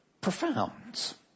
profound